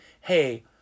hey